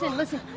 listen,